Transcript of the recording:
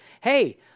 hey